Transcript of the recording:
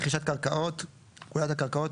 זה יש פה רכבת,